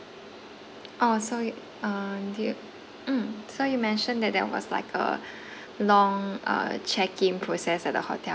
orh so you err do you um so you mentioned that there was like a long uh check in process at the hotel